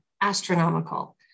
astronomical